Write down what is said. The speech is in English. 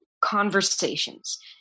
conversations